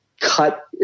cut